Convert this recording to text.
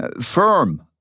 firm